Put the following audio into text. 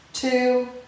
two